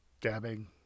dabbing